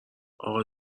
اقا